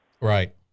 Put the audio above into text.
Right